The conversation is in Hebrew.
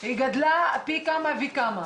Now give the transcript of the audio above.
גדלה פי כמה וכמה.